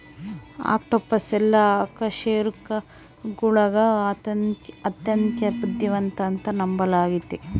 octopus ಎಲ್ಲಾ ಅಕಶೇರುಕಗುಳಗ ಅತ್ಯಂತ ಬುದ್ಧಿವಂತ ಅಂತ ನಂಬಲಾಗಿತೆ